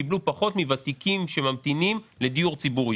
קיבלו פחות מוותיקים שממתינים לדיור ציבורי.